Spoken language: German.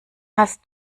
hast